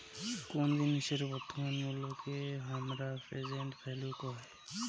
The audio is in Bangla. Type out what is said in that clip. কোন জিনিসের বর্তমান মুল্যকে হামরা প্রেসেন্ট ভ্যালু কহে